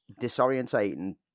disorientating